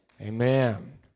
Amen